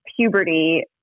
puberty